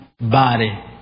body